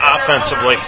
offensively